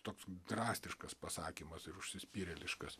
toks drastiškas pasakymas ir užsispyrėliškas